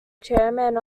chairman